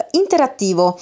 interattivo